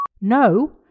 No